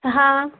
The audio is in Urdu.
ہاں